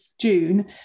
June